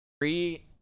Free